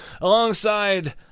alongside